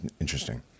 interesting